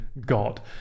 god